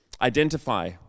Identify